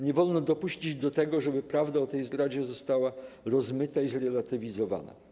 Nie wolno dopuścić do tego, żeby prawda o tej zdradzie została rozmyta i zrelatywizowana.